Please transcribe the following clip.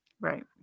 right